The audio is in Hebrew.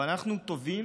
אבל אנחנו טובים